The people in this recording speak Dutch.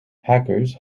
hackers